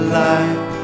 life